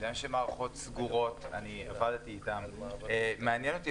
אני יודע שהן מערכות סגורות עבדתי איתן ומעניין אותי